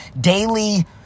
daily